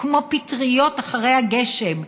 כמו פטריות אחרי הגשם,